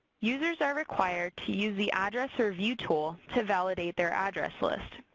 users are required to use the address review tool to validate their address list.